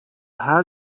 her